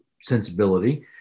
sensibility